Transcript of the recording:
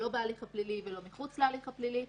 לא בהליך הפלילי ולא מחוץ להליך הפלילי.